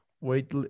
wait